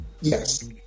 yes